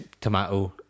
tomato